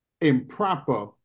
improper